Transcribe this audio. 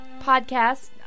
podcast